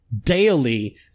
Daily